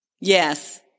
Yes